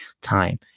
time